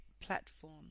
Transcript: platform